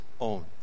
own